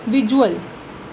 visual